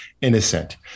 innocent